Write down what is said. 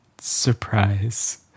Surprise